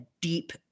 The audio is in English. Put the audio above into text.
deep